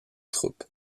troupes